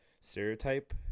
stereotype